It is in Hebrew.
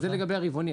זה לגבי הרבעוני.